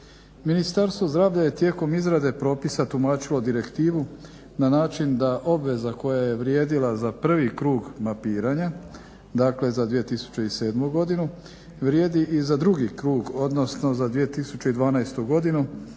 Ministarstvo zdravlja je tijekom izrade propisa tumačilo direktivu na način da obveza koja je vrijedila za prvi krug mapiranja, dakle za 2007. godinu, vrijedi i za drugi krug odnosno za 2012. godinu